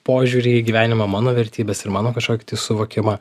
požiūrį į gyvenimą mano vertybes ir mano kažkokį tai suvokimą